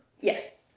Yes